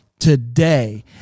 today